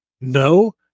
No